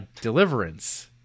Deliverance